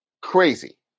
crazy